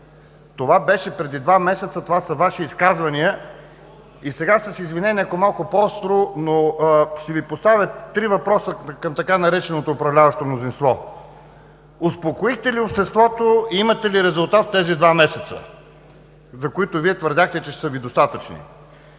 това беше преди два месеца, това са Ваши изказвания и сега, с извинение, малко по-остро, но ще Ви поставя три въпроса, към така нареченото „управляващо мнозинство“: успокоихте ли обществото и имате ли резултат в тези два месеца, за които Вие твърдяхте, че ще са Ви достатъчни?